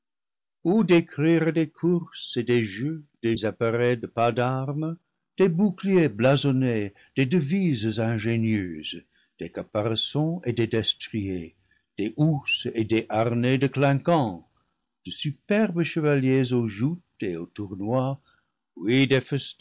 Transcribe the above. ou décrire des courses et des jeux des appareils de pas d'armes des boucliers blasonnés des devises ingénieuses des caparaçons et des destriers des housses et des harnais de clinquant de superbes chevaliers aux joutes et aux tournois